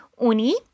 uni